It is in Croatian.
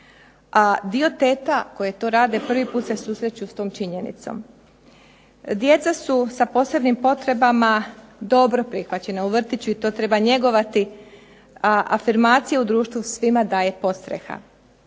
A dio teta koje to rade prvi puta se susreću s tom činjenicom. Djeca su sa posebnim potrebama dobro prihvaćena u vrtiću i to treba njegovati, a afirmacije u društvu svima daje podstreka.